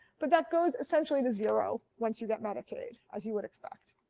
but that goes essentially to zero once you get medicaid, as you would expect.